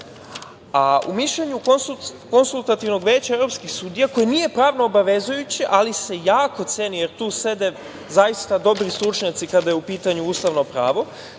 mišljenju konsultativnih veća evropskih sudija, koje nije pravno obavezujuće, ali se jako ceni, jer tu sede zaista dobri stručnjaci kada je u pitanju ustavno pravo,